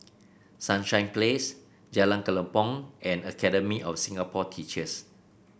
Sunshine Place Jalan Kelempong and Academy of Singapore Teachers